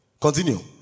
continue